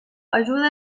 ajuda